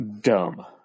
dumb